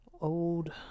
Old